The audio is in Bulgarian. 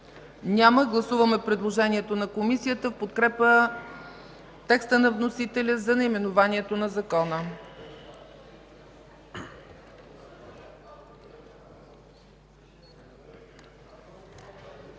Няма. Гласуваме предложението на Комисията в подкрепа на текста на вносителя за наименованието на Закона.